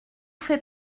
fais